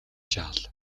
жаал